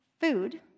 food